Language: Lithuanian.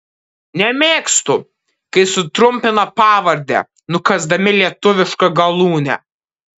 nemėgstu kai sutrumpina pavardę nukąsdami lietuvišką galūnę